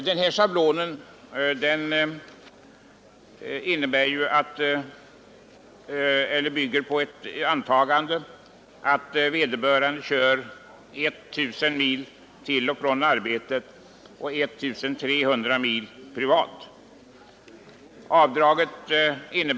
Den schablonen bygger 29 på antagandet att man kör 1 000 mil till och från arbetet samt 1 300 mil annan körning.